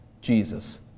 Jesus